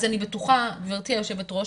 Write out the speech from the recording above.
אז אני בטוחה גבירתי היו"ר,